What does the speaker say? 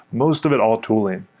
most of it all tooling.